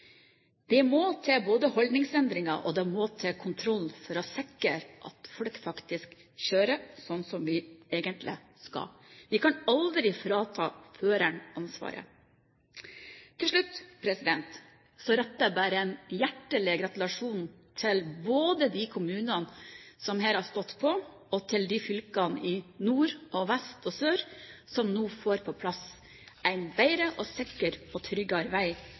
Det må både holdningsendringer og kontroll til for å sikre at folk faktisk kjører slik som de egentlig skal. Vi kan aldri frata føreren ansvaret. Til slutt retter jeg bare en hjertelig gratulasjon til både de kommunene som her har stått på, og til de fylkene i nord, vest og sør som nå får på plass en bedre og tryggere vei